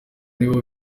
nibo